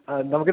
ആ നമുക്ക്